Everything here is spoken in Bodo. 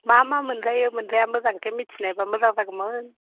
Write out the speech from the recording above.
मा मा मोनजायो मोनजाया मोजाङै मिथिनायब्ला मोजां जागौमोन